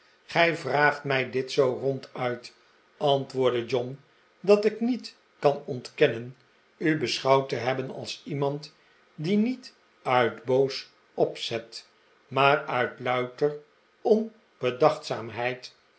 gij vraagt mij dit zoo ronduit antwoordde john dat ik niet kan ontkennen u beschouwd te hebben als iemand die niet uit boos opzet maar uit louter onbedachtzaamheid